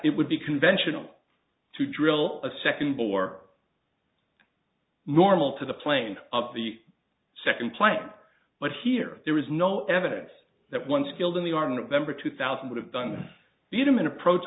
it would be conventional to drill a second bore normal to the plane of the second plane but here there is no evidence that one skilled in the aren't remember two thousand would have done the them in approach